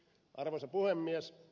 arvoisa puhemies